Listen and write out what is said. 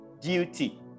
duty